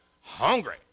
hungry